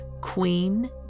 Queen